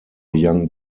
young